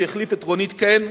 שהחליף את רונית קן,